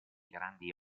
grandi